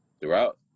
Throughout